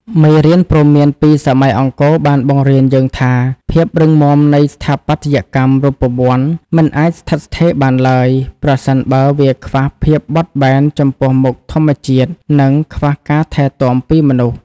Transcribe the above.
មេរៀនព្រមានពីសម័យអង្គរបានបង្រៀនយើងថា ភាពរឹងមាំនៃស្ថាបត្យកម្មរូបវន្ត មិនអាចស្ថិតស្ថេរបានឡើយ ប្រសិនបើវាខ្វះភាពបត់បែនចំពោះមុខធម្មជាតិ និងខ្វះការថែទាំពីមនុស្ស។